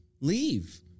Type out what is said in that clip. Leave